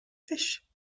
phish